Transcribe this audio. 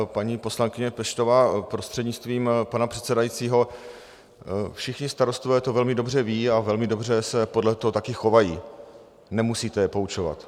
Paní poslankyně Peštová, prostřednictvím pana předsedajícího, všichni starostové to velmi dobře vědí a velmi dobře se podle toho taky chovají, nemusíte je poučovat.